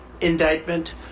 indictment